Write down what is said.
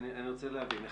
רוצה להבין,